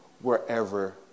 wherever